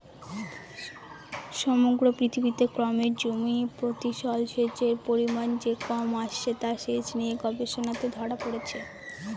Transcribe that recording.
সমগ্র পৃথিবীতে ক্রমে জমিপ্রতি জলসেচের পরিমান যে কমে আসছে তা সেচ নিয়ে গবেষণাতে ধরা পড়েছে